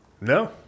No